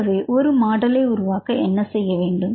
ஆகவே ஒரு மாடலை உருவாக்க என்ன செய்ய வேண்டும்